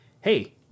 hey